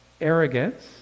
arrogance